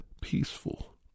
peaceful